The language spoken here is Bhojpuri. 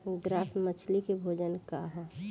ग्रास मछली के भोजन का ह?